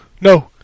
no